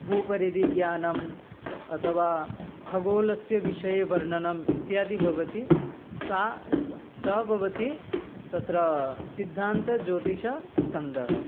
भूपरिधिज्ञानम् अथवा खगोलस्य विषये वर्णनम् इत्यादि भवति सा सा भवति तत्र सिद्धान्तज्योतिषस्कन्धः